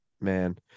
man